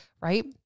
right